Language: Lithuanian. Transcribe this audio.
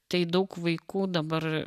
tai daug vaikų dabar